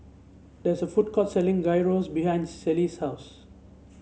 there is a food court selling Gyros behind Ceil's house